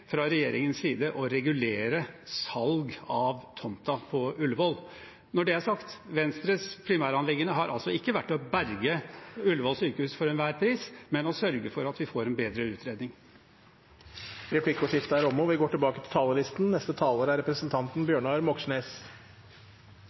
fra regjeringens side å regulere salg av tomten på Ullevål. Når det er sagt, har Venstres primæranliggende ikke vært å berge Ullevål sykehus for enhver pris, men å sørge for at vi får en bedre utredning. Replikkordskiftet er omme. De økende klasseskillene merkes også på folkehelsen. En av tre har utsatt eller droppet tannlegen av økonomiske grunner. Dette fører til